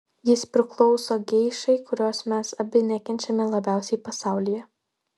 jis priklauso geišai kurios mes abi nekenčiame labiausiai pasaulyje